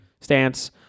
Stance